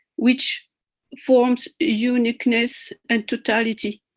which forms uniqueness and totality.